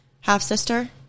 half-sister